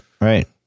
right